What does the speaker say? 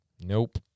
Nope